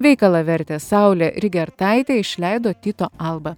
veikalą vertė saulė rygertaitė išleido tyto alba